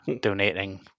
donating